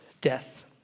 death